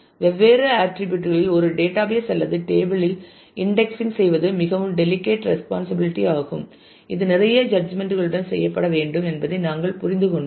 வெவ்வேறு ஆட்டிரிபியூட் களில் ஒரு டேட்டாபேஸ் அல்லது டேபிள் இல் இன்டெக்ஸிங் செய்வது மிகவும் டெலிகேட் ரெஸ்பான்சிபிளிட்டி ஆகும் இது நிறைய ஜட்ஜ்மென்ட் களுடன் செய்யப்பட வேண்டும் என்பதை நாங்கள் புரிந்து கொண்டோம்